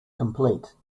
complete